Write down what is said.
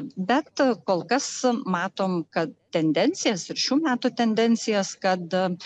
bet kol kas matom kad tendencijas ir šių metų tendencijas kad